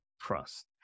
Trust